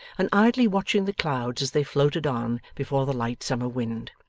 and idly watching the clouds as they floated on before the light summer wind.